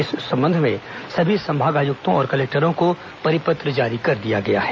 इस संबंध में सभी संभाग आयुक्तों और कलेक्टरों को परिपत्र जारी कर दिया गया है